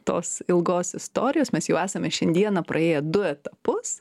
tos ilgos istorijos mes jau esame šiandieną praėję du etapus